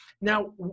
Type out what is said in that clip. Now